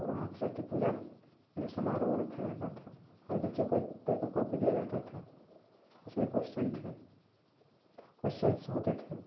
और वहाँ सरस्वती पूजा में समारोह रखा जाता था हर बच्चे को एक पेपर कॉपी दी जाती था उसमें क्वेश्चन थे क्वेश्चन्स होते थे